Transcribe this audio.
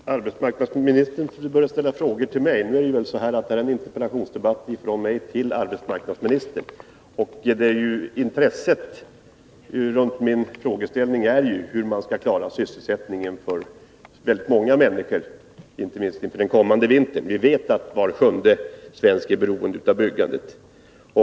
Herr talman! Arbetsmarknadsministern börjar ställa frågor till mig. Nu är det väl ändå så att det är en debatt med anledning av att jag har riktat en interpellation till arbetsmarknadsministern. Vad som är intressant när det gäller min frågeställning är hur sysselsättningen för väldigt många människor skall klaras, inte minst inför den kommande vintern. Vi vet att var sjunde svensk är beroende av byggandet.